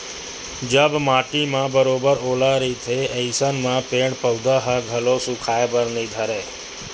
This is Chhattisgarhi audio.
जब माटी म बरोबर ओल रहिथे अइसन म पेड़ पउधा ह घलो सुखाय बर नइ धरय